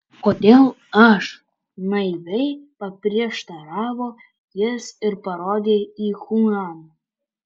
kodėl aš naiviai paprieštaravo jis ir parodė į chuaną